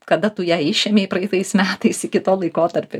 kada tu ją išėmei praeitais metais iki to laikotarpio